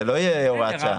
זה לא יהיה הוראת שעה.